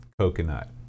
Coconut